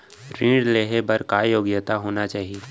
ऋण लेहे बर का योग्यता होना चाही?